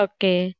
Okay